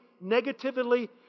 negatively